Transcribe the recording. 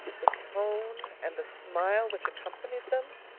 the tone! and the smile which accompanied them!